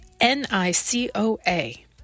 N-I-C-O-A